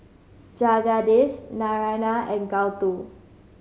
Jagadish Naraina and Gouthu